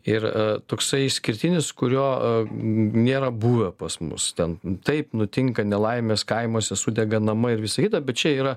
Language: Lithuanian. ir toksai išskirtinis kurio nėra buvę pas mus ten taip nutinka nelaimės kaimuose sudega namai ir visa kita bet čia yra